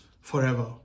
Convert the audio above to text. forever